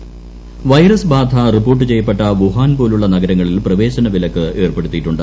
ഒക്ട്രിസ് ്ബാധ റിപ്പോർട്ട് ചെയ്യപ്പെട്ട വുഹാൻ പോലുള്ള നഗരങ്ങളിൽ പ്രവ്വേശ്രന് വിലക്ക് ഏർപ്പെടുത്തിയിട്ടുണ്ട്